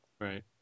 right